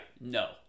No